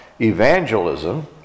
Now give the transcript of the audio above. evangelism